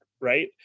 right